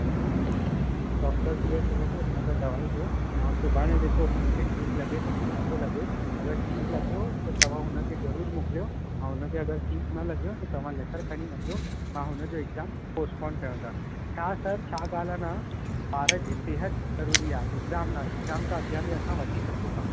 हा डॉक्टर जीअं चवे थो हुन खे दवाई ॾियो ऐं सुभाणे ॾिसो हुन खे ठीकु लॻे थो कि नथो लॻे अगरि ठीकु लॻियो त तव्हां हुन खे ज़रूरु मोकिलियो ऐं हुन खे अगरि ठीकु न लॻियो त तव्हां लैटर खणी अचो जो मां हुन जो एग्ज़ाम पोस्टपोर्न कयूं था छा सर छा ॻाल्हि आहे न ॿार जी सेहत ज़रूरी आहे एग्ज़ाम न एग्ज़ाम त असां अॻियां वठी सघूं था